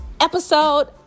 episode